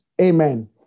amen